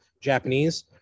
Japanese